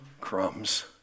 crumbs